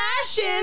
fashion